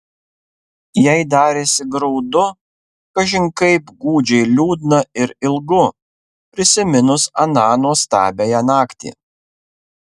jai darėsi graudu kažin kaip gūdžiai liūdna ir ilgu prisiminus aną nuostabiąją naktį